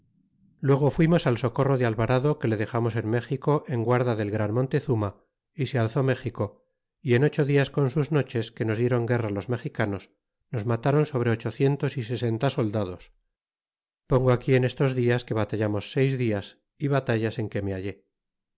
luego fuimos al socorro de alvarado que le dexamos en méxico en guarda del gran montezuma y se alzó méxico y en ocho dias con sus noches que nos dieron guerra los mexicanos nos mataron sobre ochocientos y sesenta soldados pongo aquí en estos dias que batallamos seis dias y batallas en que me hallé